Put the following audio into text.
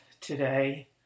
today